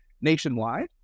nationwide